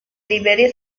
librerie